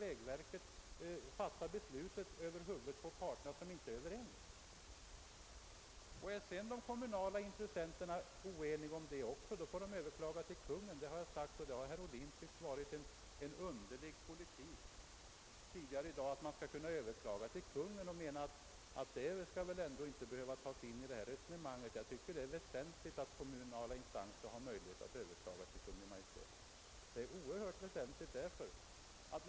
är sedan de kommunala intressenterna oense också om det belsutet, får de överklaga till Kungl. Maj:t. Det har jag sagt tidigare i dag, och det tyckte herr Ohlin var en underlig politik. Han menar att det väl ändå inte skall behöva tas in i detta resonemang. Jag tycker att det är väsentligt att kommunala instanser har möjlighet att överklaga till Kungl. Maj:t.